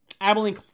Abilene